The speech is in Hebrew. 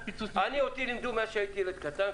אותי לימדו מאז שהייתי ילד קטן,